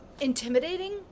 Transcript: intimidating